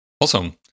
Awesome